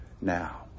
now